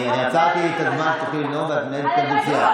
אני עצרתי את הזמן שתוכלי לנאום ואת מנהלת כאן דו-שיח.